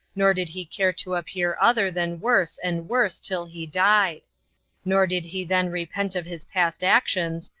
nor did he care to appear other than worse and worse till he died nor did he then repent of his past actions,